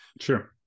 Sure